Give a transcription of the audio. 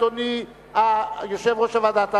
אדוני יושב-ראש הוועדה,